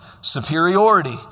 superiority